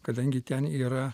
kadangi ten yra